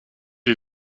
die